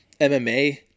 MMA